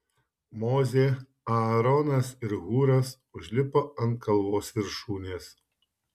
mozė aaronas ir hūras užlipo ant kalvos viršūnės